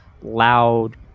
loud